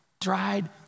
dried